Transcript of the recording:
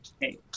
hey